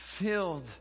filled